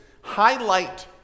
highlight